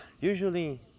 usually